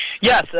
Yes